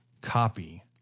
copy